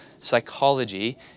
psychology